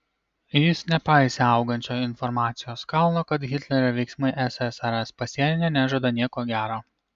jis nepaisė augančio informacijos kalno kad hitlerio veiksmai ssrs pasienyje nežada nieko gero